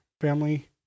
Family